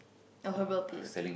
oh herbal pills